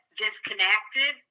disconnected